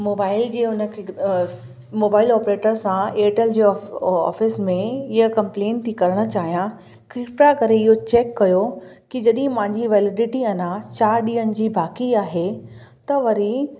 mobile जी हुनखे mobile operator सां एयरटेल जी ऑफ ऑफ़ीस में इयं कंप्लेन थी करणु चाहियां कृप्या करे इहो चेक कयो कि जॾहिं मांजी वैलीडिटी अञा चारि ॾींहंनि जी बाक़ी आहे त वरी